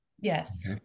Yes